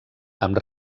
amb